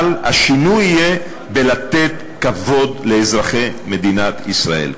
אבל השינוי יהיה במתן כבוד לאזרחי מדינת ישראל.